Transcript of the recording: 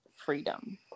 freedom